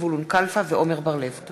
זבולון כלפה ועמר בר-לב בנושא: פניות